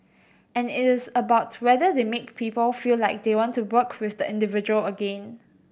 and it is about whether they make people feel like they want to work with the individual again